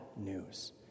news